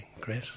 great